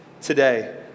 today